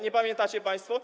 Nie pamiętacie państwo?